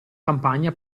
campagna